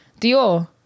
Dior